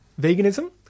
veganism